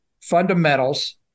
fundamentals